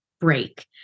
break